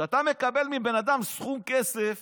שאתה מקבל מבן אדם סכום כסף